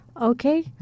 Okay